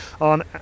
on